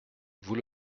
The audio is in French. vous